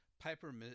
Piper